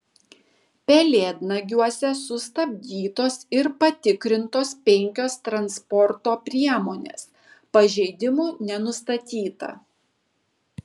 pelėdnagiuose sustabdytos ir patikrintos penkios transporto priemonės pažeidimų nenustatyta